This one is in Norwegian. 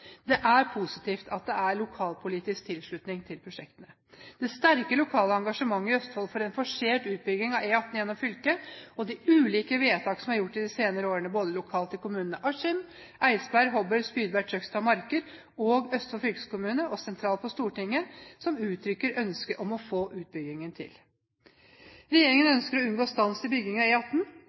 Det er positivt at det er lokalpolitisk tilslutning til prosjektene. Det er sterkt lokalt engasjementet i Østfold for en forsert utbygging av E18 gjennom fylket. De ulike vedtak som er gjort de siste årene, både lokalt i kommunene Askim, Eidsberg, Hobøl, Spydeberg, Trøgstad og Marker, i Østfold fylkeskommune og sentralt på Stortinget, uttrykker ønske om å få utbyggingen til. Regjeringen ønsker å unngå stans i byggingen av E18. Flertallet understreker at det ikke er slik statsråden har hevdet i